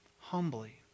humbly